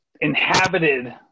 inhabited